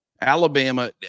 Alabama